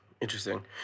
Interesting